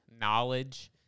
knowledge